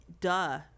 duh